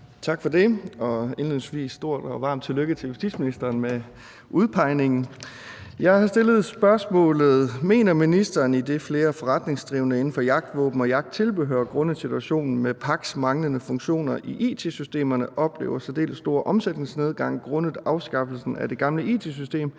Tak for det. Indledningsvis vil jeg sige et stort og varmt tillykke til justitsministeren med udpegningen. Jeg har stillet dette spørgsmål: Mener ministeren, idet flere forretningsdrivende inden for jagtvåben og jagttilbehør grundet situationen med PAC’s manglende funktioner i it-systemerne oplever særdeles stor omsætningsnedgang grundet afskaffelsen af det gamle it-system,